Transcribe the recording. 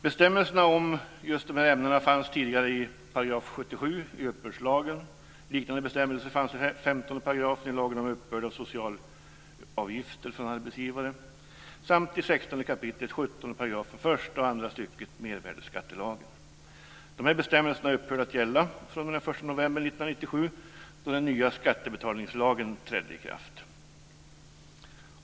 Bestämmelserna om just dessa ämnen fanns tidigare i 77 § De här bestämmelserna har upphört att gälla fr.o.m. den 1 november 1997, då den nya skattebetalningslagen trädde i kraft.